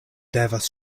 devas